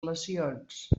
lesions